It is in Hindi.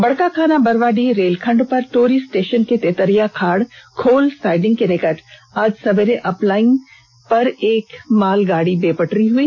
बड़काकाना बरवाडीह रेल खंड पर टोरी स्टेषन के तेतरिया खाड़ खोल साइडिंग के समीप आज सवेरे अपलाईन पर एक मालगाड़ी बेपटरी हो गई